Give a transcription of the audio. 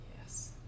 Yes